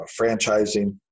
franchising